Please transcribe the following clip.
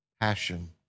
passion